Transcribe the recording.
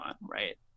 right